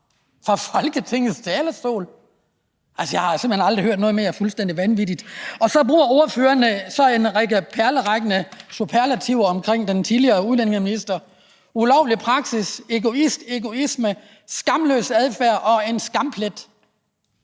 fra Folketingets talerstol. Altså, jeg har simpelt hen aldrig hørt noget mere fuldstændig vanvittigt. Og så bruger ordføreren en perlerække af superlativer om den tidligere udlændingeminister: ulovlig praksis, egoist, egoisme, skamløs adfærd og en skamplet.